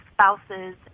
Spouses